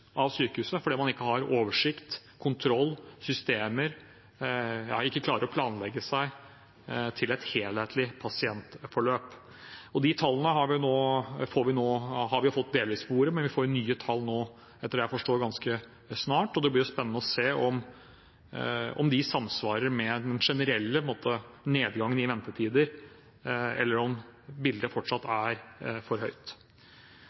av sykehuset fordi man ikke har oversikt, kontroll, systemer – ikke klarer å planlegge seg til et helhetlig pasientforløp. De tallene har vi fått delvis på bordet, men etter hva jeg forstår, får vi nye tall ganske snart. Det blir spennende å se om de samsvarer med den generelle nedgangen i ventetider, eller om bildet fortsatt er for høyt.